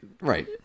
Right